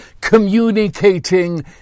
communicating